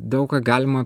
daug ką galima